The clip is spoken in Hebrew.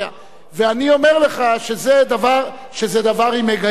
ואני אומר לך שזה דבר עם היגיון רב,